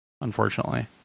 Unfortunately